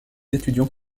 étudiants